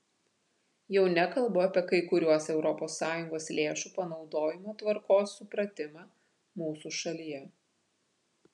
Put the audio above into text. jau nekalbu apie kai kuriuos europos sąjungos lėšų panaudojimo tvarkos supratimą mūsų šalyje